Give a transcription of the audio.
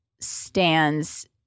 stands